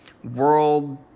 world